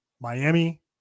Miami